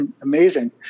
Amazing